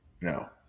No